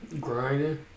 grinding